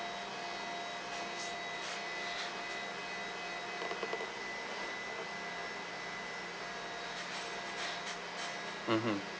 mmhmm